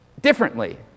differently